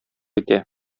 итә